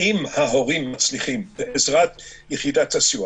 אם ההורים מצליחים בעזרת יחידת הסיוע